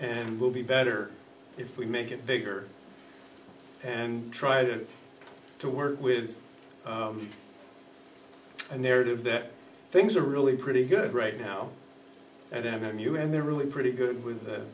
and will be better if we make it bigger and tried to work with a narrative that things are really pretty good right now and haven't you and they're really pretty good with the